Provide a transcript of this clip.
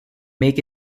make